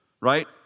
right